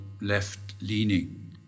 left-leaning